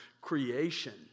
creation